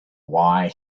why